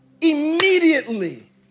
immediately